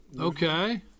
Okay